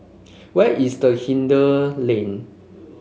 where is Hindhede Lane